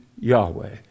Yahweh